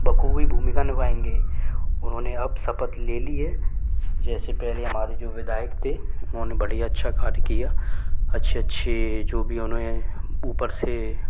बख़ूबी भूमिका निभाएंगे उन्होंने अब शपथ ले ली है जैसे हमारे पहले जो विधायक थे उन्होंने बड़ा अच्छा कार्य किया अच्छे अच्छे जो भी उन्होंने ऊपर से